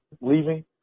leaving